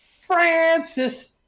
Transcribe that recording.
Francis